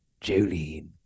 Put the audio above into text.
Jolene